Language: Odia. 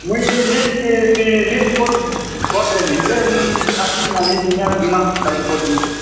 ମୁଇଁ ଲିଷ୍ଟଟେ ତି ଲିଷ୍ଟ କର୍ କର୍ଦେମି ହେଲେ ମୁଇଁ ଆସିକିନା ନେଇ ଜିମା ଜିମା କାଲ୍କେ ପହର୍ଦିନ୍କେ